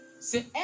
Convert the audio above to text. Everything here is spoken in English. C'est